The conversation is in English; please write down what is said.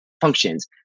functions